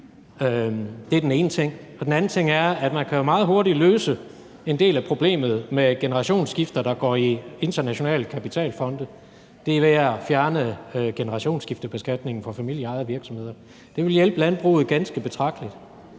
Det er den ene ting. Den anden ting er, at man jo meget hurtigt kan løse en del af problemet med generationsskifter, der går i internationale kapitalfonde, og det er ved at fjerne generationsskiftebeskatningen for familieejede virksomheder. Det ville hjælpe landbruget ganske betragteligt.